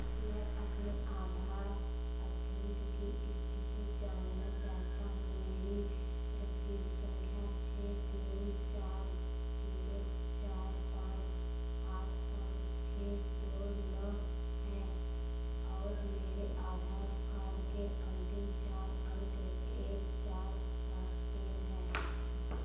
मैं अपने आधार अद्यतन की स्थिति जानना चाहता हूँ मेरी रसीद संख्या छः तीन चार जीरो चार पाँच आठ पाँच छः दो नौ है और मेरे आधार कार्ड के अंतिम चार अंक एक चार पाँच तीन है